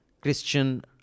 Christian